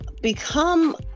become